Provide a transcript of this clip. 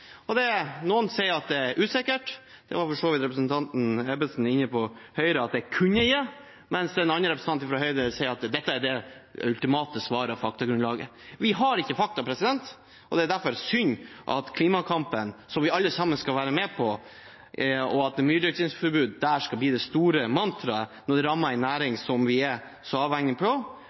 Noen sier at det er usikkert. Det var for så vidt representanten Ebbesen fra Høyre inne på at det kunne være, mens en annen representant fra Høyre sier at dette er det ultimate svaret og faktagrunnlaget. Vi har ikke fakta, og det er derfor synd for klimakampen, som vi alle sammen skal være med på, at myrdyrkingsforbud skal bli det store mantraet når det rammer en næring som vi er så